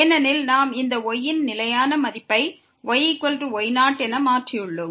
ஏனெனில் நாம் இந்த y இன் நிலையான மதிப்பை yy0 என மாற்றியுள்ளோம்